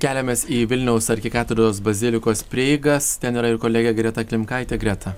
keliamės į vilniaus arkikatedros bazilikos prieigas ten yra ir kolegė greta klimkaitė greta